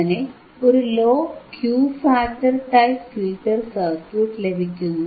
അങ്ങനെ ഒരു low Q factor type filter circuit ലഭിക്കുന്നു